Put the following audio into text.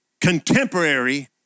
contemporary